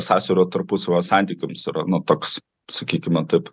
sąsiaurio tarpusavio santykiums nuo toks sakykime taip